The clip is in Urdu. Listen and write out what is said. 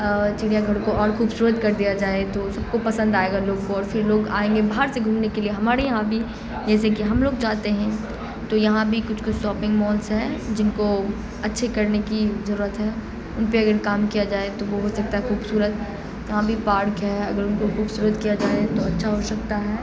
چڑیا گھر کو اور خوبشورت کر دیا جائے تو سب کو پسند آئے گا لوگ اور پھر لوگ آئیں گے باہر سے گھومنے کے لیے ہمارے یہاں بھی جیسے کہ ہم لوگ جاتے ہیں تو یہاں بھی کچھ کچھ شاپنگ مالس ہیں جن کو اچھے کرنے کی جرورت ہے ان پہ اگر کام کیا جائے تو وہ ہو سکتا ہے خوبصورت یہاں بھی پارک ہے اگر ان کو خوبصورت کیا جائے تو اچھا ہوشکتا ہے